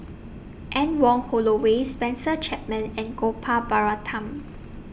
Anne Wong Holloway Spencer Chapman and Gopal Baratham